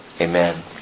Amen